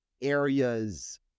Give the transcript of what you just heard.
areas